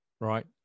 right